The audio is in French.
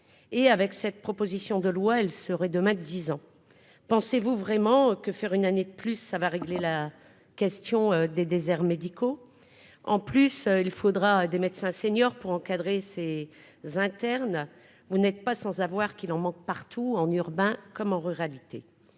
et avec cette proposition de loi, elle serait 10 ans pensez-vous vraiment que faire une année de plus ça va régler la question des déserts médicaux, en plus, il faudra des médecins seniors pour encadrer ces interne, vous n'êtes pas sans savoir qu'il en manque partout en urbain : comment ruralité